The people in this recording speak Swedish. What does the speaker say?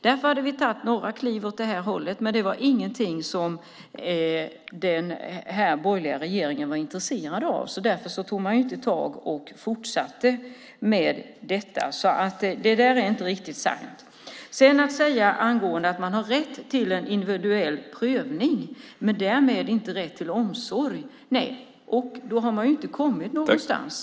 Därför hade vi tagit några kliv åt det här hållet, men det var ingenting som den här borgerliga regeringen var intresserad av. Därför tog man inte tag i och fortsatte med detta. Det ministern säger är alltså inte riktigt sant. Att sedan säga att man har rätt till en individuell prövning men därmed inte rätt till omsorg - då har man ju inte kommit någonstans.